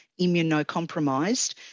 immunocompromised